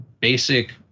basic